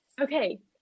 Okay